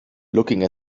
looking